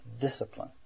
discipline